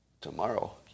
tomorrow